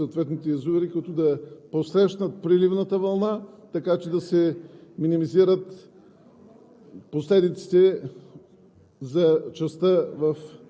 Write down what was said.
редно е да има разпореждане да се освободят обеми от съответните язовири, които да посрещнат приливната вълна, така че да се минимизират